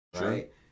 right